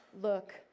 look